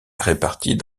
répartis